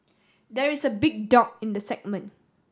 there is a big dog in the segment